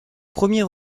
premier